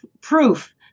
proof